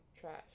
Trash